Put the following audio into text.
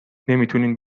نمیتونین